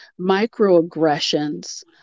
microaggressions